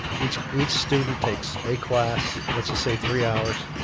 each each student takes a class, let's just say three hours,